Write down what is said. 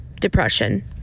depression